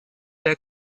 der